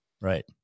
Right